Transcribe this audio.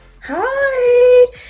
Hi